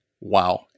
Wow